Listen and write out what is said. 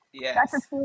Yes